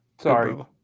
Sorry